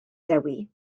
dewi